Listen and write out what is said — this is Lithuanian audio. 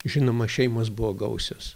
žinoma šeimos buvo gausios